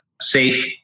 Safe